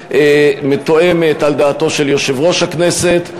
ומתואמת על דעתו של יושב-ראש הכנסת.